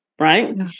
right